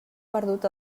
perdut